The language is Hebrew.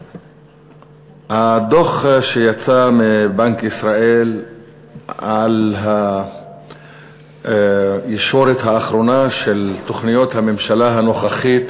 הדוח שיצא מבנק ישראל על הישורת האחרונה של תוכניות הממשלה הנוכחית,